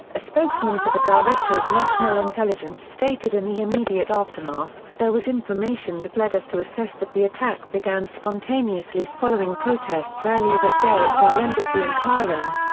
a spokesman for the director of national intelligence stated in the immediate aftermath, there was information that led us to assess that the attack began spontaneously following protests earlier that day at our embassy in cairo.